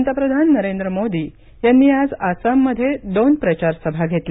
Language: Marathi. पंतप्रधान नरेंद्र मोदी यांनी आज आसाममध्ये दोन प्रचारसभा घेतल्या